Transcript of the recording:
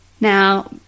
Now